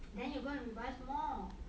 then you go and revise more